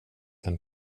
den